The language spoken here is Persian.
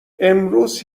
امروز